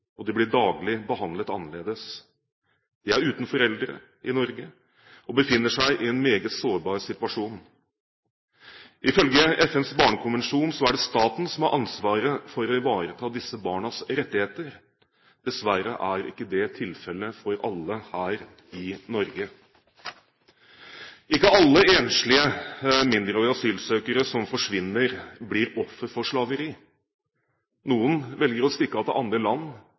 og befinner seg i en meget sårbar situasjon. Ifølge FNs barnekonvensjon er det staten som har ansvaret for å ivareta disse barnas rettigheter. Dessverre er ikke det tilfellet for alle her i Norge. Ikke alle enslige mindreårige asylsøkere som forsvinner, blir offer for slaveri. Noen velger å stikke av til andre land